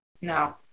no